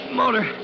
motor